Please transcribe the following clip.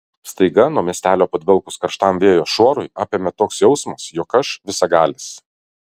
staiga nuo miestelio padvelkus karštam vėjo šuorui apėmė toks jausmas jog aš visagalis